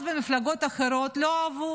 אבל אז במפלגות אחרות לא אהבו,